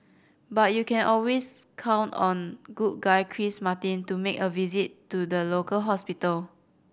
but you can always count on good guy Chris Martin to make a visit to the local hospital